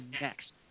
next